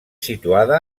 situada